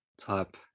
type